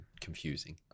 confusing